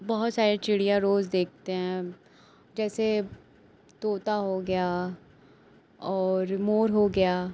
बहुत सारी चिड़िया रोज़ देखते हैं जैसे तोता हो गया और मोर हो गया